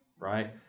right